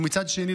ומצד שני,